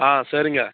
ஆ சரிங்க